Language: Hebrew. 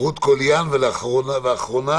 רות קוליאן, ואחרונה